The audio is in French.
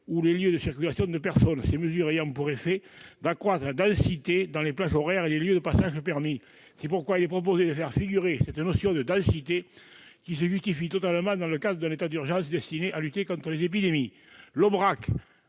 les lieux de circulation des personnes, ces mesures ayant pour effet d'accroître la densité dans les plages horaires et les lieux de passage permis. C'est pourquoi il est proposé de prendre en compte cette notion de densité. Cela se justifie totalement dans le cadre d'un état d'urgence destiné à lutter contre une épidémie. L'Aubrac,